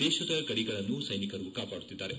ದೇಶದ ಗಡಿಗಳನ್ನು ಸ್ಟೆನಿಕರು ಕಾಪಾಡುತ್ತಿದ್ದಾರೆ